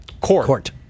court